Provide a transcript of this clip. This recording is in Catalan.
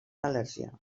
al·lèrgia